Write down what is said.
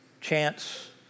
Chance